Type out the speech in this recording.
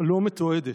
לא מתועדת.